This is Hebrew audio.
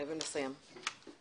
הישיבה ננעלה בשעה 10:45.